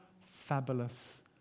fabulous